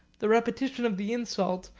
the repetition of the insult,